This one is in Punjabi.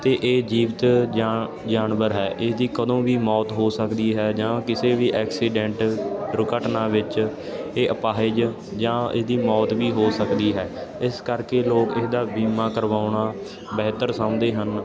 ਅਤੇ ਇਹ ਜੀਵਤ ਜਾ ਜਾਨਵਰ ਹੈ ਇਸਦੀ ਕਦੇ ਵੀ ਮੌਤ ਹੋ ਸਕਦੀ ਹੈ ਜਾਂ ਕਿਸੇ ਵੀ ਐਕਸੀਡੈਂਟ ਦੁਰਘਟਨਾ ਵਿੱਚ ਇਹ ਅਪਾਹਿਜ ਜਾਂ ਇਹਦੀ ਮੌਤ ਵੀ ਹੋ ਸਕਦੀ ਹੈ ਇਸ ਕਰਕੇ ਲੋਕ ਇਸਦਾ ਬੀਮਾ ਕਰਵਾਉਣਾ ਬਿਹਤਰ ਸਮਝਦੇ ਹਨ